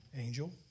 angel